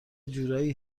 جورایی